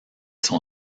son